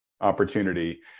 opportunity